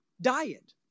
Diet